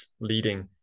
leading